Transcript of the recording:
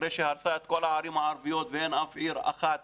אחרי שהרסה את כל הערים הערביות ואין אף עיר אחת